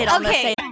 Okay